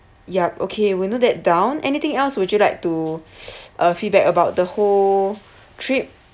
yup okay we noted that down anything else would you like to uh feedback about the whole trip